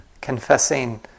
Confessing